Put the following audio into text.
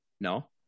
No